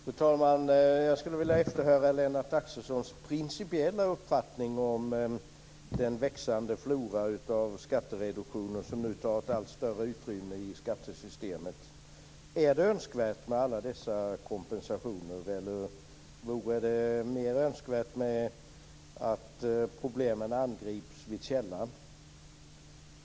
Fru talman! Jag skulle vilja efterhöra Lennart Axelssons principiella uppfattning om den växande floran av skattereduktioner som nu tar allt större utrymme i skattesystemet. Är det önskvärt med alla dessa kompensationer, eller vore det mer önskvärt att problemen angrips vid källan?